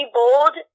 bold